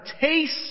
taste